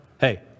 hey